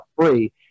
Free